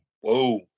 Whoa